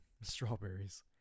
strawberries